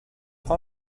how